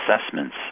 assessments